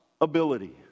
ability